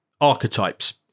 archetypes